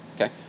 Okay